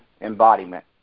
embodiment